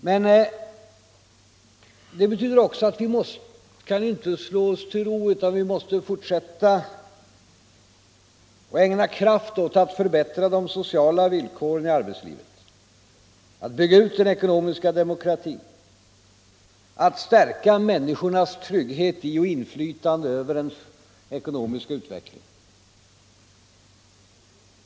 Men det betyder inte att vi kan slå oss till ro, utan vi måste fortsätta att ägna kraft åt att förbättra de sociala villkoren i arbetslivet, att bygga ut den ekonomiska demokratin, att stärka människornas trygghet i och inflytande över den ekonomiska utvecklingen.